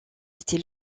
était